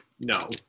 no